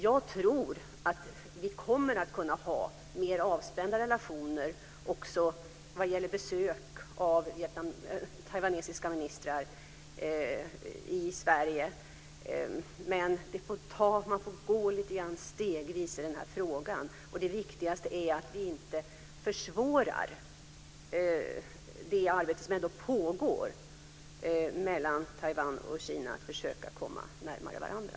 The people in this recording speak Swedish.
Jag tror att vi kommer att kunna ha mer avspända relationer också vad gäller besök av taiwanesiska ministrar i Sverige, men vi får gå lite stegvis i frågan. Det viktigaste är att vi inte försvårar det arbete som ändå pågår mellan Taiwan och Kina att försöka närma sig varandra.